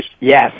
Yes